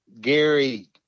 Gary